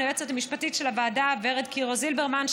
ליועצת המשפטית של הוועדה ורד קירו-זילברמן,